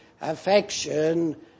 affection